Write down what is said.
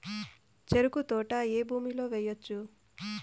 చెరుకు తోట ఏ భూమిలో వేయవచ్చు?